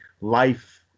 life